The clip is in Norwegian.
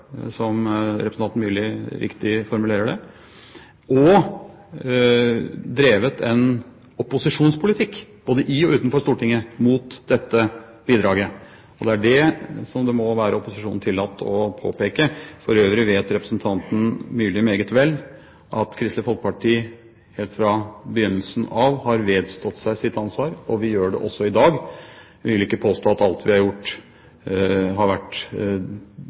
som representanten Myrli riktig formulerer det, og drevet en opposisjonspolitikk – både i og utenfor Stortinget – mot dette bidraget. Det er det som det må være opposisjonen tillatt å påpeke. For øvrig vet representanten Myrli meget vel at Kristelig Folkeparti helt fra begynnelsen av har vedstått seg sitt ansvar, og vi gjør det også i dag. Vi vil ikke påstå at alt vi har gjort, har vært